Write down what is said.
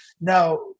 now